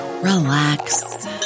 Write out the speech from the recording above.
relax